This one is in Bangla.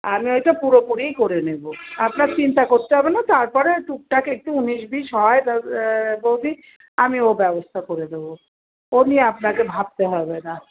আমি ওইটা পুরোপুরিই করে নেবো আপনার চিন্তা করতে হবে না তারপরে টুকটাক একটু উনিশ বিশ হয় বৌদি আমি ও ব্যবস্থা করে দেব ও নিয়ে আপনাকে ভাবতে হবে না